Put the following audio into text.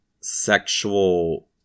sexual